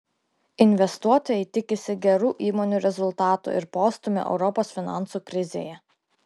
investuotojai tikisi gerų įmonių rezultatų ir postūmio europos finansų krizėje